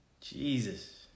Jesus